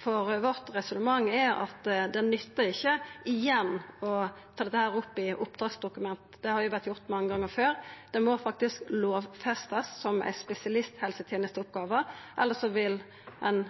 Vårt resonnement er at det ikkje nyttar igjen å ta dette opp i oppdragsdokumentet – det har vore gjort mange gonger før. Det må faktisk lovfestast som ei spesialisthelsetenesteoppgåve. Elles vil ein